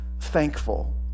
thankful